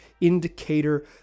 indicator